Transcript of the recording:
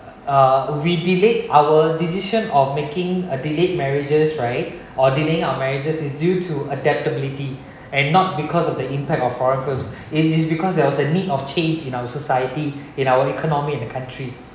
uh we delayed our decision of making a delayed marriages right or dealing our marriages is due to adaptability and not because of the impact of foreign firms it is because there was a need of change in our society in our economy in the country